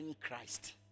Christ